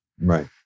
right